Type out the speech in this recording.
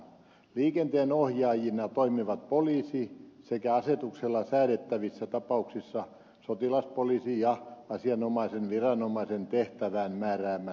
liikenteen ohjaajina toimivat poliisi sekä asetuksella säädettävissä tapauksissa sotilaspoliisi ja asianomaisen viranomaisen tehtävään määräämät henkilöt